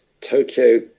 tokyo